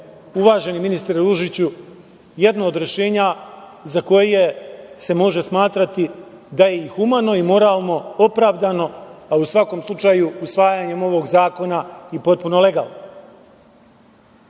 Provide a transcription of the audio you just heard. uvaženi ministre Ružiću, jedno od rešenja za koje se može smatrati da je i humano i moralno opravdano, a u svakom slučaju, usvajanjem ovog zakona i potpuno legalno. Ovde